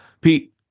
Pete